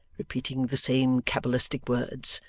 repeating the same cabalistic words,